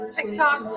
TikTok